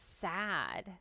sad